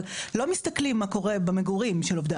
אבל לא מסתכלים מה קורה במגורים של עובדי